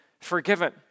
forgiven